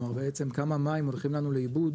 כלומר בעצם כמה מים הולכים לנו לאיבוד